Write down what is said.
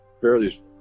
fairly